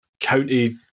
County